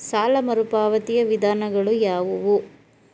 ಸಾಲ ಮರುಪಾವತಿಯ ವಿಧಾನಗಳು ಯಾವುವು?